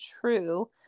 True